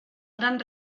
gran